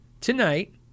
tonight